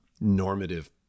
normative